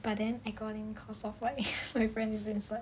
but then I got in because of my friend is inside